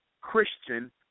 Christian